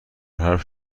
حرف